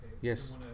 Yes